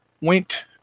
went